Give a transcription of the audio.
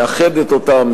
מאחדת אותם,